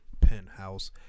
penthouse